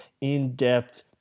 in-depth